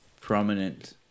prominent